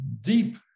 deep